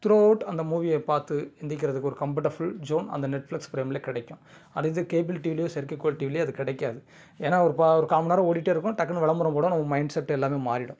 throughout அந்த மூவியை பார்த்து எந்திரிக்கிறதுக்கு ஒரு கம்பர்டஃபுள் ஸோன் அந்த நெட்ஃப்ளக்ஸ் ப்ரேமிலே கிடைக்கும் அடுத்து கேபிள் டிவியிலோ செயற்கைக்கோள் டிவியிலயோ அது கிடைக்காது ஏன்னா ஒரு ப ஒரு காமணிநேரம் ஓடிகிட்டே இருக்கும் டக்குன்னு விளம்பரம் போடவும் நம்ம மைண்ட் செட் எல்லாமே மாறிவிடும்